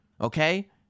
okay